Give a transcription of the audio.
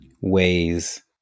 ways